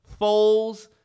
Foles